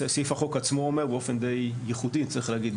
סעיף החוק עצמו אומר באופן די ייחודי, צריך להגיד,